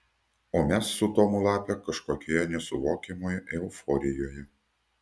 o mes su tomu lape kažkokioje nesuvokiamoje euforijoje